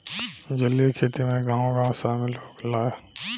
जलीय खेती में गाँव गाँव शामिल होखेला